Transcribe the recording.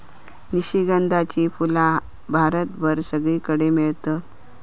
निशिगंधाची फुला भारतभर सगळीकडे मेळतत